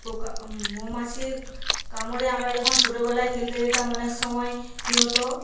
পোকা মৌমাছির কামড়ে আমরা যখন ছোটবেলায় খেলতে যেতাম অনেক সময় কি হত